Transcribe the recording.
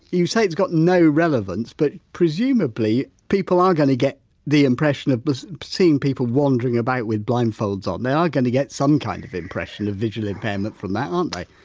you say it's got no relevance but presumably people are going to get the impression but seeing people wandering about with blindfolds on, they are going to get some kind of impression of visual impairment from that aren't they?